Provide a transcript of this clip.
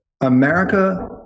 America